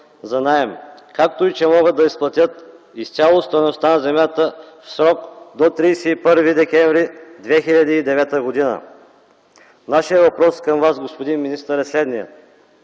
за наем, както и да могат да изплатят изцяло стойността на земята в срок до 31 декември 2009 г. Нашият въпрос към Вас, господин министър, е следният: